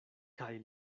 kaj